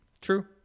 True